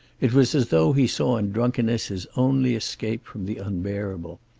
it was as though he saw in drunkenness his only escape from the unbearable.